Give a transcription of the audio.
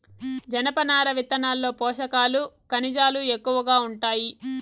జనపనార విత్తనాల్లో పోషకాలు, ఖనిజాలు ఎక్కువగా ఉంటాయి